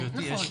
נכון.